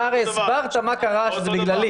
אתה הרי הסברת מה קרה, שזה בגללי.